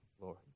Lord